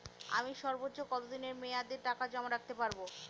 আমি সর্বোচ্চ কতদিনের মেয়াদে টাকা জমা রাখতে পারি?